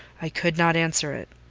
i could not answer it.